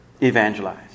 evangelize